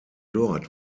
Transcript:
dort